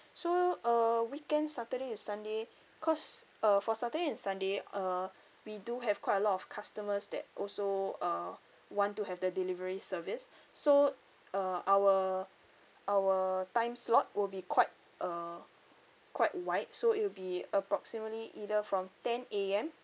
so uh weekend saturday to sunday cause uh for saturday and sunday uh we do have quite a lot of customers that also uh want to have the delivery service so uh our our time slot will be quite uh quite wide so it will be approximately either from ten A_M